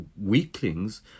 weaklings